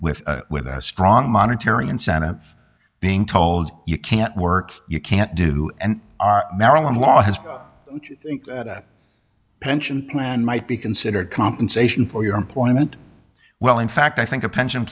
with a strong monetary incentive being told you can't work you can't do and our maryland law his pension plan might be considered compensation for your employment well in fact i think a pension